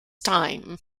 time